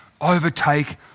overtake